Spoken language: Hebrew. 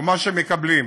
או מה שהם מקבלים.